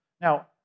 Now